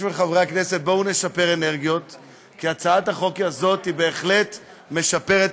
היא שהיושבים כאן הם לא כל כך הכתובת לזה,